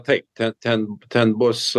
taip ten ten ten bus